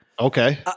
Okay